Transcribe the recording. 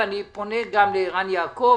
ואני פונה גם לערן יעקב,